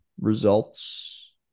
results